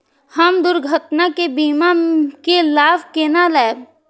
हम दुर्घटना के बीमा के लाभ केना लैब?